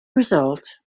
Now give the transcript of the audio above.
result